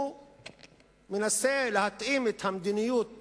הוא מנסה להתאים את המדיניות